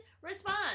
respond